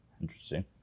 Interesting